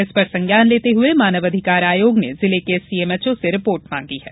इस पर संज्ञान लेते हुए मानव अधिकार आयोग ने जिले के सीएमएचओ से रिपोर्ट मांगी है